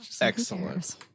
Excellent